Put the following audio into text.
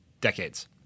decades